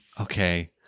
okay